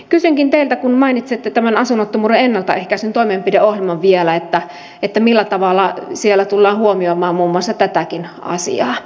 kysynkin teiltä vielä kun mainitsitte tämän asunnottomuuden ennaltaehkäisyn toimenpideohjelman että millä tavalla siellä tullaan huomioimaan muun muassa tätäkin asiaa